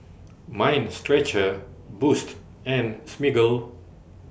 Mind Stretcher Boost and Smiggle